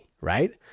right